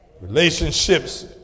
Relationships